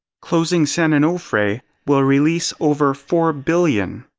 closing san and onofre will release over four billion